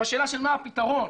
בשאלה של מה הפתרון.